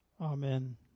Amen